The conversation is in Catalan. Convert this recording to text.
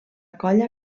colla